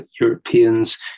Europeans